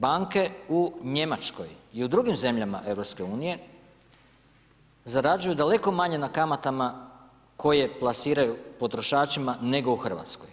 Banke u Njemačkoj i u drugim zemljama EU zarađuju daleko manje na kamatama koje plasiraju potrošačima, nego u Hrvatskoj.